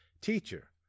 Teacher